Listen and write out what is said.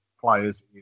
players